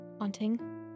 haunting